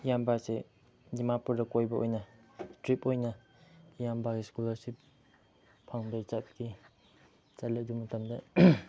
ꯏꯌꯥꯝꯕꯁꯦ ꯗꯤꯃꯥꯄꯨꯔꯗ ꯀꯣꯏꯕ ꯑꯣꯏꯅ ꯇ꯭ꯔꯤꯞ ꯑꯣꯏꯅ ꯏꯌꯥꯝꯕ ꯏꯁꯀꯣꯂꯥꯔꯁꯤꯞ ꯐꯪꯕꯒꯤ ꯆꯠꯈꯤ ꯆꯠꯂꯦ ꯑꯗꯨ ꯃꯇꯝꯗ